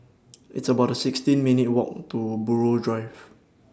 It's about sixteen minutes' Walk to Buroh Drive